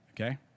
Okay